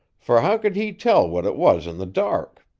for how could he tell what it was in the dark?